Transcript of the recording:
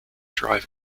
drive